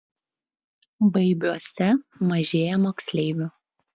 baibiuose mažėja moksleivių